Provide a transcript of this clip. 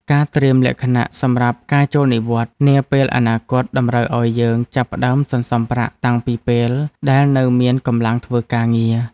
ការត្រៀមលក្ខណៈសម្រាប់ការចូលនិវត្តន៍នាពេលអនាគតតម្រូវឱ្យយើងចាប់ផ្ដើមសន្សំប្រាក់តាំងពីពេលដែលនៅមានកម្លាំងធ្វើការងារ។